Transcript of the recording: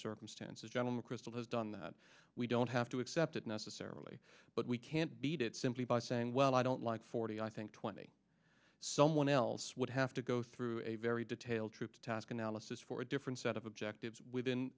circumstances general mcchrystal has done that we don't have to accept it necessarily but we can't beat it simply by saying well i don't like forty i think twenty someone else would have to go through a very detailed troop task analysis for a different set of objectives within